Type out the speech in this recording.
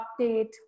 update